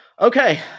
Okay